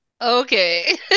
Okay